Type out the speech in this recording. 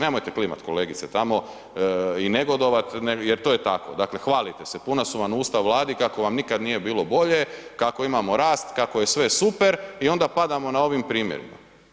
Nemojte klimat kolegice tamo i negodovat jer to je tako, dakle hvalite se, puna su vam usta u Vladi kako vam nikad nije bilo bolje, kako imamo rast, kako je sve super i onda padamo na ovim primjerima.